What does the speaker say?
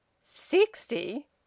Sixty